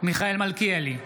מיכאל מלכיאלי,